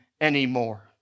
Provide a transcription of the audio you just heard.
anymore